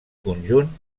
conjunt